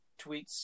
tweets